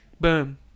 boom